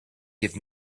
give